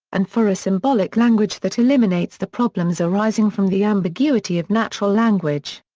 and for a symbolic language that eliminates the problems arising from the ambiguity of natural language.